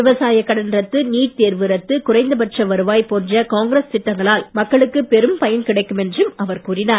விவசாயக் கடன் ரத்து நீட் தேர்வு ரத்து குறைந்தபட்ச வருவாய் போன்ற காங்கிரஸ் திட்டங்களால் மக்களுக்கு பெரும் பயன் கிடைக்கும் என்றும் அவர் கூறினார்